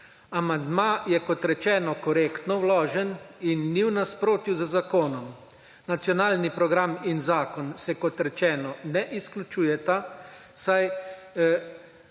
Amandma je, kot rečeno, korektno vložen in ni v nasprotju z zakonom. Nacionalni program in zakon se, kot rečeno, ne izključujeta, saj